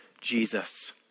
Jesus